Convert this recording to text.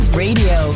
radio